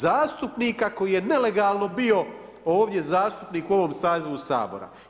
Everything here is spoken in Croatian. Zastupnika koji je nelegalno bio ovdje zastupnik u ovom sazivu Sabora.